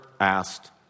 asked